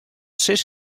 sis